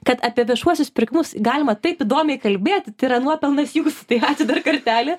kad apie viešuosius pirkimus galima taip įdomiai kalbėti tai yra nuopelnas jūsų tai ačiū dar kartelį